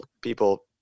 people